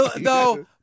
No